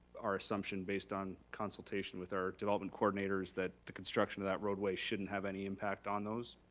our assumption based on consultation with our development coordinator is that the construction of that roadway shouldn't have any impact on those,